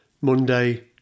Monday